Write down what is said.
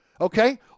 Okay